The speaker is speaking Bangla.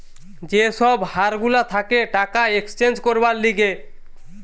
যে সব হার গুলা থাকে টাকা এক্সচেঞ্জ করবার লিগে